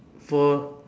for